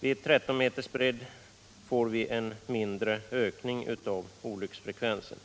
vägar av 13 meters bredd får vi en mindre ökning av olycksfallsfrekvensen.